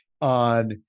on